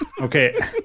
Okay